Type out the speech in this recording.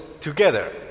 together